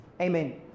Amen